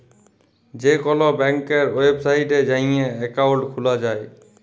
যে কল ব্যাংকের ওয়েবসাইটে যাঁয়ে একাউল্ট খুলা যায়